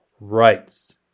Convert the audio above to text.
rights